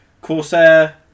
Corsair